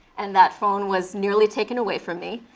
and that phone was nearly taken away from me.